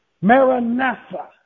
Maranatha